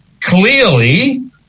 clearly